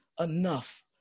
enough